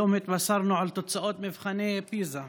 היום התבשרנו על תוצאות מבחני פיז"ה